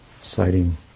citing